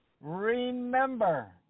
Remember